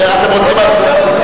ראש הממשלה לא מתייחס לזה אפילו.